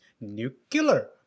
nuclear